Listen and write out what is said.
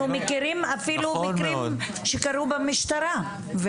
אנחנו מכירים אפילו מקרים שקרו במשטרה.